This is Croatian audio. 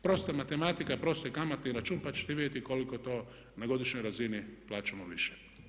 Prosta matematika, prosti kamatni račun pa ćete vidjeti koliko to na godišnjoj razini plaćamo više.